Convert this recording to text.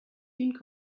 une